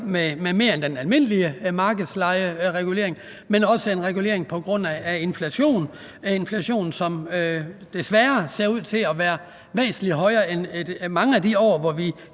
med mere end den almindelige markedslejeregulering, men også lave en regulering på grund af inflation – en inflation, som desværre ser ud til at være væsentlig højere end i mange af de år, vi